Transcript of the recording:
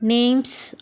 names